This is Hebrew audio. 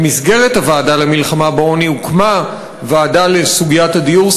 שבמסגרת המלחמה בעוני הוקמה ועדה לסוגיית הדיור.